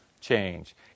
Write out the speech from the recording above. change